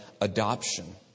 adoption